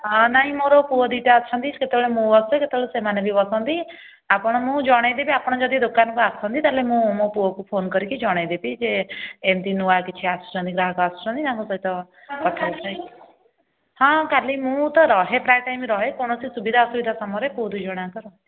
ହଁ ନାଇଁ ମୋର ପୁଅ ଦୁଇଟା ଅଛନ୍ତି କେତେବେଳେ ମୁଁ ବସେ କେତେବେଳେ ସେମାନେ ବି ବସନ୍ତି ଆପଣ ମୁଁ ଜଣେଇଦେବି ଆପଣ ଯଦି ଦୋକାନକୁ ଆସନ୍ତି ତା'ହେଲେ ମୁଁ ମୋ ପୁଅକୁ ଫୋନ୍ କରିକି ଜଣେଇଦେବି ଯେ ଏମିତି ନୂଆ କିଛି ଆସୁଛନ୍ତି ଗ୍ରାହକ ଆସୁଛନ୍ତି ତାଙ୍କ ସହିତ କଥା ହଁ କାଲି ମୁଁ ତ ରୁହେ ପ୍ରାୟ ଟାଇମ୍ ରୁହେ କୌଣସି ସୁବିଧା ଅସୁବିଧା ସମୟରେ ପୁଅ ଦୁଇ ଜଣ ଯାକ ରୁହନ୍ତି